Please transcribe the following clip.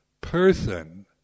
person